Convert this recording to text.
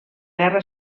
guerra